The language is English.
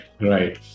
right